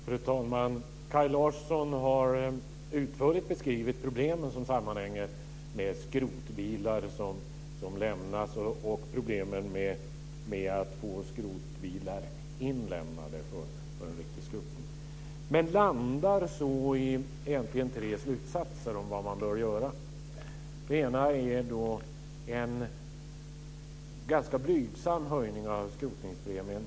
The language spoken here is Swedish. Fru talman! Kaj Larsson har utförligt beskrivit de problem som sammanhänger med skrotbilar som överges och svårigheterna att få dem inlämnade för skrotning. Han landar i tre slutsatser när det gäller vad som bör göras. Den första slutsatsen blir en ganska blygsam höjning av skrotningspremien.